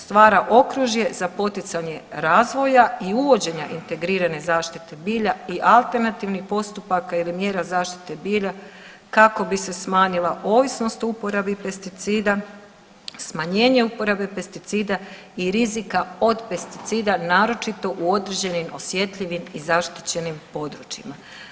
Stvara okružje za poticanje razvoja i uvođenja integrirane zaštite bilja i alternativnih postupaka ili mjera zaštite bilja kako bi se smanjila ovisnost o uporabi pesticida, smanjenje uporabe pesticida i rizika od pesticida naročito u određenim osjetljivim i zaštićenim područjima.